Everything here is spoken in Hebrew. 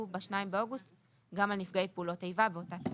ב-2 באוגוסט גם על נפגעי פעולות איבה באותה צורה.